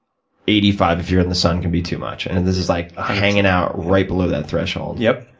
eighty five, if you're in the sun, can be too much. and and this is like hanging out right below that threshold. yeah,